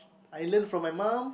I learn from my mum